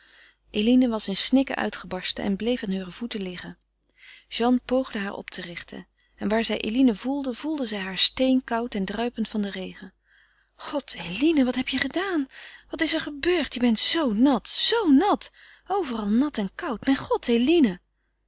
eline was in snikken uitgebarsten en bleef aan heure voeten liggen jeanne poogde haar op te richten en waar zij eline voelde voelde zij haar steenkoud en druipend van de regen god eline wat heb je gedaan wat is er gebeurd je bent zoo nat zoo nat overal nat en koud mijn god eline